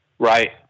Right